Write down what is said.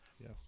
Yes